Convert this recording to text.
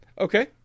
Okay